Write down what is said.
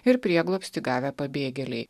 ir prieglobstį gavę pabėgėliai